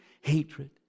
hatred